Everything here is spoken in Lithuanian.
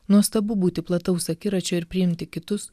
nuostabu būti plataus akiračio ir priimti kitus